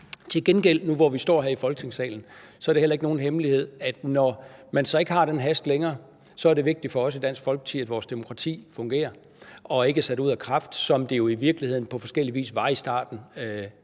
Til gengæld er det, nu, hvor vi står her i Folketingssalen, heller ikke nogen hemmelighed, at det, når man så ikke har den hast længere, så er vigtigt for os i Dansk Folkeparti, at demokratiet fungerer og ikke er sat ud af kraft, som det jo i virkeligheden på forskellig vis var i starten i